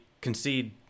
concede